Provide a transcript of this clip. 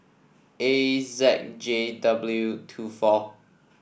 A Z J W two four